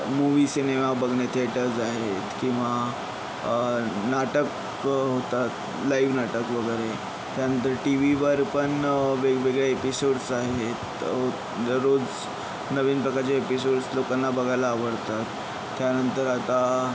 movie cinema बघणे theatres आहेत किंवा नाटक होतात लाईव्ह नाटक वगैरे त्यानंतर टीव्हीवर पण वेगवेगळे एपिसोड्स आहेत दररोज नवीन प्रकारचे एपिसोड्स लोकांना बघायला आवडतात त्यानंतर आता